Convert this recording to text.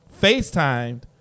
FaceTimed